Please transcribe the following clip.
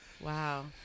Wow